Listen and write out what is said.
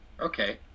Okay